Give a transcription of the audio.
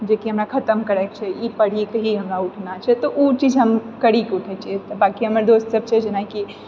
जेकि हमरा खतम करैके छै ई पढ़ीके ही हमरा उठना छै तऽ उ चीज हम करिके उठै छी तऽ बाँकि हमर दोस्त सब छै जेनाकि